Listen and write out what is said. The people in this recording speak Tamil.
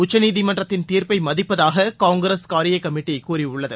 உச்சநீதிமன்றத்தின் தீர்ப்பை மதிப்பதாக காங்கிரஸ் காரியக்கமிட்டி கூறியுள்ளது